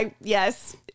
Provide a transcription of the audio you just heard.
yes